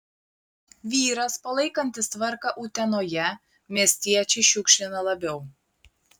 vyras palaikantis tvarką utenoje miestiečiai šiukšlina labiau